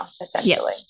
essentially